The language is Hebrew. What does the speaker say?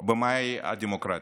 מה היא הדמוקרטיה.